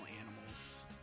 animals